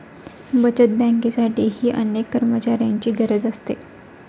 बचत बँकेसाठीही अनेक कर्मचाऱ्यांची गरज असते